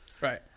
Right